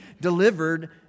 delivered